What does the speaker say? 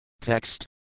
Text